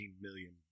million